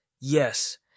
Yes